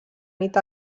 nit